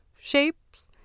shapes